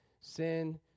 Sin